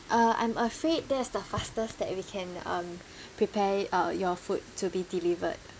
uh I'm afraid that's the fastest that we can um prepare uh your food to be delivered